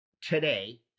today